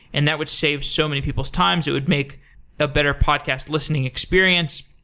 and that would save so many people's times. it would make a better podcast listening experience.